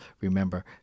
Remember